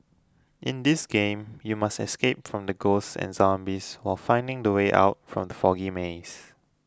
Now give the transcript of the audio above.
in this game you must escape from the ghosts and zombies while finding the way out from the foggy maze